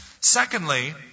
Secondly